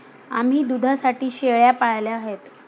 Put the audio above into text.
आम्ही दुधासाठी शेळ्या पाळल्या आहेत